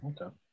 Okay